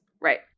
Right